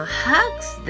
hugs